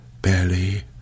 barely